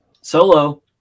Solo